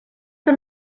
que